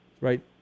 right